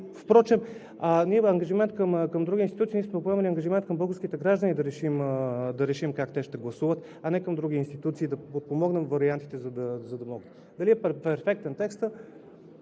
Впрочем ние ангажимент към други институции… Ние сме поемали ангажимент към българските граждани да решим как те ще гласуват, а не към други институции, да подпомогнем вариантите, за да могат… Дали е перфектен текстът